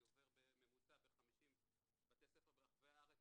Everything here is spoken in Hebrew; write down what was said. אני עובר בממוצע ב-50 בתי ספר ברחבי הארץ,